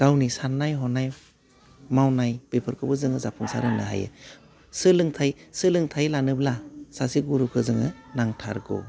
गावनि साननाय हनाय मावनाय बेफोरखौबो जोङो जाफुंसार होनो हायो सोलोंथाइ सोलोंथाइ लानोब्ला सासे गुरुखौ जोङो नांथारगौ